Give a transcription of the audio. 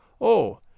Oh